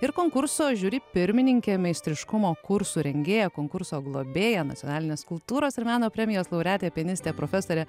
ir konkurso žiuri pirmininkė meistriškumo kursų rengėja konkurso globėja nacionalinės kultūros ir meno premijos laureatė pianistė profesorė